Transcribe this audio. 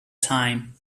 time